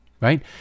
right